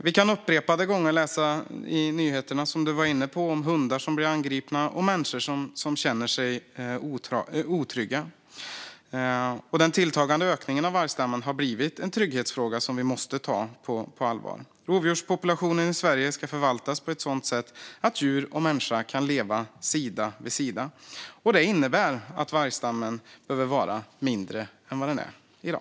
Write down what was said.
Vi kan upprepade gånger läsa i nyheterna, som Tomas Kronståhl var inne på, om hundar som blir angripna och människor som känner sig otrygga. Den tilltagande ökningen av vargstammen har blivit en trygghetsfråga som vi måste ta på allvar. Rovdjurspopulationen i Sverige ska förvaltas på ett sådant sätt att djur och människa kan leva sida vid sida. Det innebär att vargstammen behöver vara mindre än vad den är i dag.